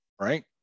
right